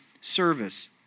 service